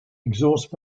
exhaust